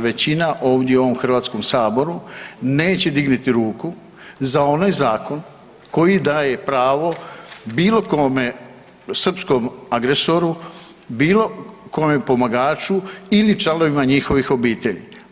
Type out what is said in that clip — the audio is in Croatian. većina ovdje u ovom Hrvatskom saboru neće dignuti ruku za onaj zakon koji daje pravo bilo kome, srpskom agresoru, bilo kojem pomagaču ili članovima njihovih obitelji.